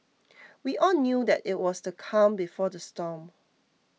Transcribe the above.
we all knew that it was the calm before the storm